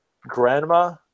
Grandma